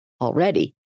already